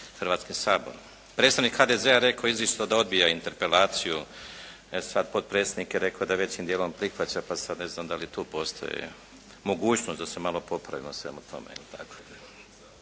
Hrvatskim saborom. Predstavnik HDZ-a rekao je izričito da odbija interpelaciju, e sad potpredsjednik je rekao da većim dijelom prihvaća pa sad ne znam da li tu postoji mogućnost da se malo popravimo u svemu tome.